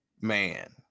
man